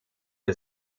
und